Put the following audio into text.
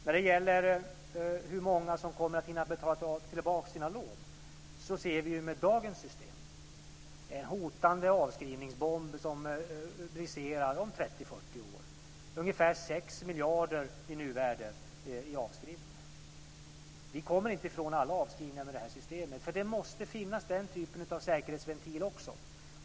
När det gäller hur många som kommer att hinna betala tillbaka sina lån ser vi ju med dagens system en hotande avskrivningsbomb som briserar om 30-40 år - ungefär 6 miljarder i nuvärde i avskrivningar. Vi kommer inte ifrån alla avskrivningar med det här systemet, för det måste finnas den typen av säkerhetsventil också.